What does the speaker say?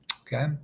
okay